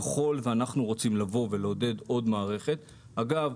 ככל שאנחנו רוצים לבוא ולעודד עוד מערכת אגב,